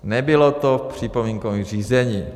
Nebylo to v připomínkovém řízení.